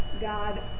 God